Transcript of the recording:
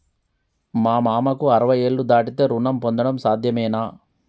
మా మామకు అరవై ఏళ్లు దాటితే రుణం పొందడం సాధ్యమేనా?